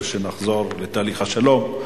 ושנחזור לתהליך השלום,